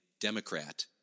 Democrat